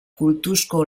kultuzko